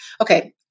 okay